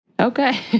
Okay